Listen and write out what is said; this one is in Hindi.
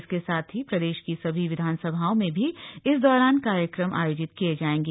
इसके साथ ही प्रदेश की सभी विधानसभाओं में भी इस दौरान कार्यक्रम आयोजित किये जाऐगें